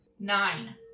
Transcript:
Nine